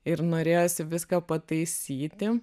ir norėjosi viską pataisyti